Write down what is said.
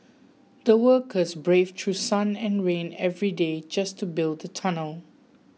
the workers braved through sun and rain every day just to build the tunnel